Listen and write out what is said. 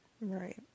Right